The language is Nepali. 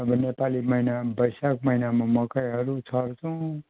अब नेपाली महिना बैशाख महिनामा मकैहरू छर्छौँ